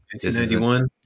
1991